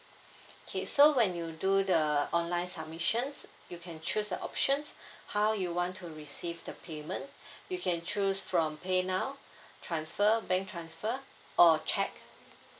okay so when you do the online submissions you can choose the options how you want to receive the payment you can choose from pay now transfer bank transfer or cheque